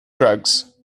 drugs